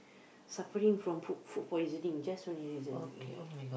suffering from food food poisoning just only recently